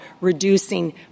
reducing